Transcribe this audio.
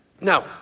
No